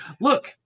look